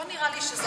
לא נראה לי שזה,